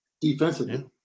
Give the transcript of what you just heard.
defensively